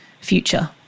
future